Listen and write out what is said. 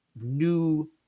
new